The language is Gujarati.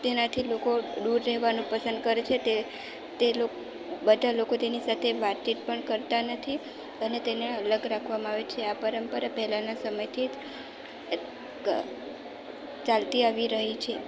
તેનાથી લોકો દૂર રહેવાનું પસંદ કરે છે તે તે લો બધાં લોકો તેની સાથે વાતચીત પણ કરતા નથી અને તેને અલગ રાખવામાં આવે છે આ પરંપરા પહેલાના સમયથી જ ચાલતી આવી રહી છે